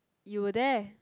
you were there